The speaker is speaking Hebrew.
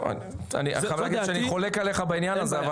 טוב, אני חייב להגיד שאני חולק עליך בעניין הזה.